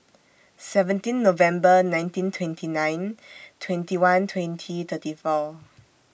seventeen November nineteen twenty nine twenty one twenty thirty four